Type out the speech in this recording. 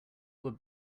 would